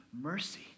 mercy